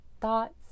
Thoughts